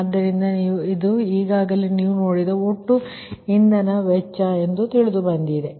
ಆದ್ದರಿಂದ ಇದು ಈಗಾಗಲೇ ನೀವು ನೋಡಿದ ಒಟ್ಟು ಇಂಧನ ವೆಚ್ಚ ಎಂದು ತಿಳಿದುಬಂದಿದೆ